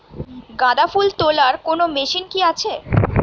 গাঁদাফুল তোলার কোন মেশিন কি আছে?